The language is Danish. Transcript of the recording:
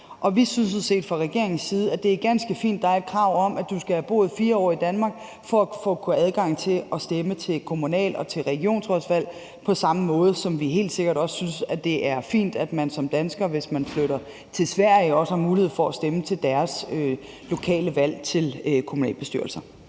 Vi synes fra regeringens side, at det er ganske fint, at der er et krav om, at du skal have boet 4 år i Danmark for at kunne få adgang til at stemme til kommunalvalg og regionsrådsvalg. Det er på samme måde, som at vi helt sikkert også synes, det er fint, at man som dansker, hvis man flytter til Sverige, også har mulighed for at stemme til deres lokale valg til kommunalbestyrelser.